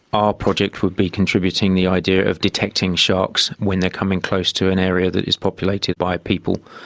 our project would be contributing the idea of detecting sharks when they are coming close to an area that is populated by people.